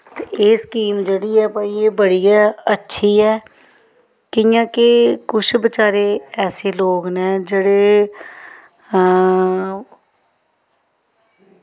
ते एह् स्कीम जेह्ड़ी ऐ भई एह् बड़ी गै अच्छी ऐ कियां केह् किश बचारे ऐसे लोग न जेह्ड़े आं